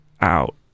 out